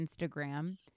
Instagram